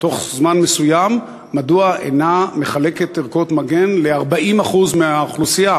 תוך זמן מסוים מדוע אינה מחלקת ערכות מגן ל-40% מהאוכלוסייה,